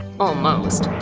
almost.